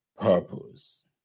purpose